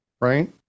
right